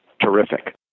terrific